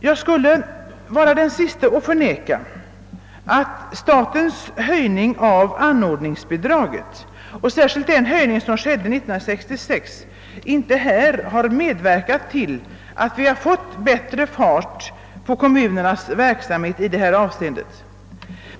Jag skulle vara den sista att förneka att statens höjning av anordningsbidraget och särskilt den höjning som skedde 1966 har medverkat till att vi har fått bättre fart på kommunernas verksamhet i detta avseende.